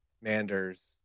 Manders